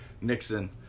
Nixon